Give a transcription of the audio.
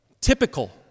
typical